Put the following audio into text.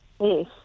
Yes